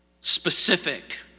specific